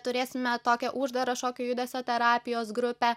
turėsime tokią uždarą šokio judesio terapijos grupę